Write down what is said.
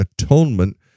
Atonement